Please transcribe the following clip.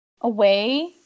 away